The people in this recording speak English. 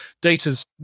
Data's